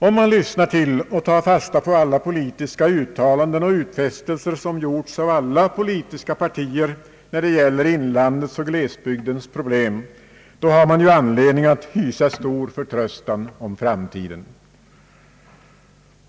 Om man lyssnar till och tar fasta på de politiska uttalanden och utfästelser, som gjorts av alla politiska partier när det gäller inlandets och glesbygdens problem, har man ju anledning att hysa stor förtröstan om framtiden.